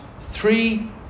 three